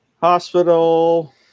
hospital